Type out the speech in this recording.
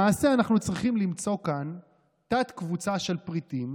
למעשה, אנחנו צריכים למצוא כאן תת-קבוצה של פריטים